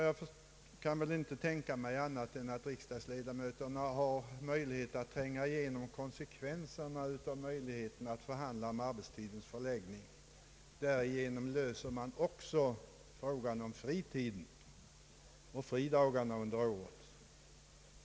Jag kan inte tänka mig annat än att riksdagsledamöterna förstår att konsekvensen av möjligheterna att förhandla om arbetstidens förläggning är att man också löser frågan om fritiden och fridagarna under året.